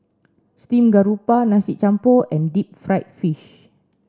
steamed Garoupa Nasi Campur and deep fried fish